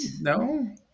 no